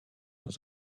dans